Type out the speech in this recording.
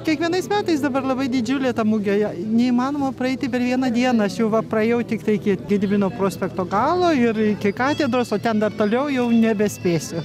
kiekvienais metais dabar labai didžiulė ta mugė neįmanoma praeiti per vieną dieną siuva praėjau tiktai iki gedimino prospekto galo ir iki katedros o ten dar toliau jau nebespėsiu